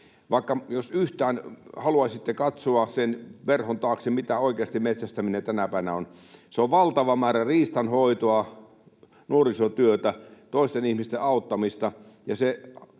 vaikka jos yhtään haluaisitte katsoa sen verhon taakse, mitä metsästäminen oikeasti tänä päivänä on, se on valtava määrä riistanhoitoa, nuorisotyötä, toisten ihmisten auttamista,